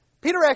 Peter